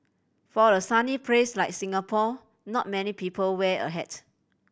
for a sunny place like Singapore not many people wear a hat